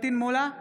פטין מולא,